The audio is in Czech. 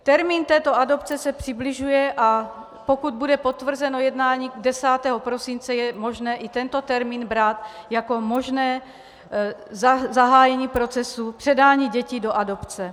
Termín této adopce se přibližuje, a pokud bude potvrzeno jednání 10. prosince, je možné i tento termín brát jako možné zahájení procesu předání dětí do adopce.